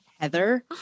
Heather